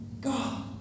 God